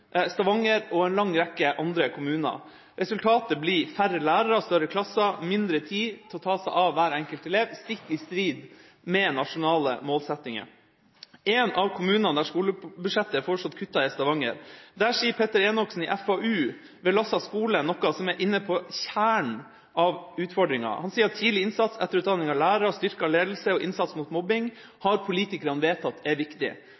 Stavanger og en lang rekke andre kommuner. Resultatet blir færre lærere, større klasser og mindre tid til å ta seg av hver enkelt elev, stikk i strid med nasjonale målsettinger. En av kommunene der skolebudsjettet er foreslått kuttet, er Stavanger. Der sier Petter Enoksen i FAU ved Lassa skole noe som er inne ved kjernen av utfordringa. Han sier: «Tidlig innsats, etterutdanning av lærere, styrket ledelse på skolene og innsats mot mobbing har politikerne vedtatt er viktig.